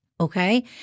Okay